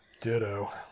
ditto